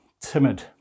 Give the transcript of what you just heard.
timid